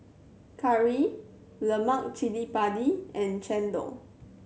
curry lemak cili padi and chendol